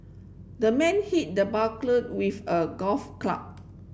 the man hit the burglar with a golf club